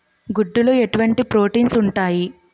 గుడ్లు లో ఎటువంటి ప్రోటీన్స్ ఉంటాయి?